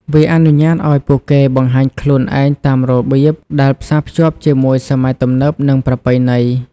វាអនុញ្ញាតឱ្យពួកគេបង្ហាញខ្លួនឯងតាមរបៀបដែលផ្សាភ្ជាប់ជាមួយសម័យទំនើប និងប្រពៃណី។